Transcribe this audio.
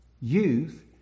Youth